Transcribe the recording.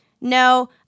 No